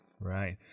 Right